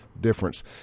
difference